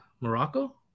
Morocco